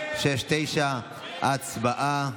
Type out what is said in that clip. הצבעה.